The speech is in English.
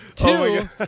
Two